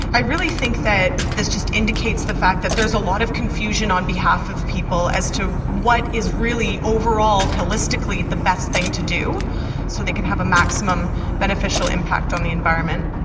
i really think that this just indicates the fact that there's a lot of confusion on behalf of people as to what is really overall holistically the best thing to do so they can have a maximum beneficial impact on the environment.